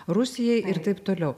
rusijai ir taip toliau